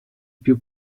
più